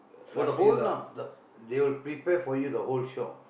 for the whole lah the they will prepare for you the whole shop